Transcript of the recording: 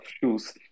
shoes